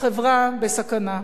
החברה בסכנה.